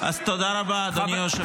תודה רבה, אדוני היושב-ראש.